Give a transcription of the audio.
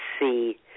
see